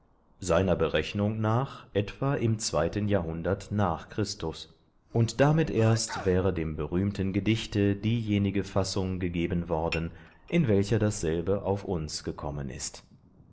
seiner berechnung nach etwa im jahrhundert nach chr und damit erst wäre dem berühmten gedichte diejenige fassung gegeben worden in welcher dasselbe auf uns gekommen ist